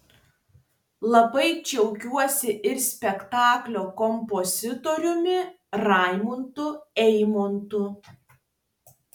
labai džiaugiuosi ir spektaklio kompozitoriumi raimundu eimontu